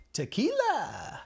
Tequila